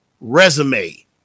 resume